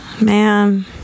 Man